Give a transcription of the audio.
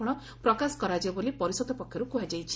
ଫଳ ପ୍ରକାଶ କରାଯିବ ବୋଲି ପରିଷଦ ପକ୍ଷରୁ କୁହାଯାଇଛି